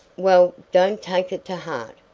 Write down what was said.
well, don't take it to heart.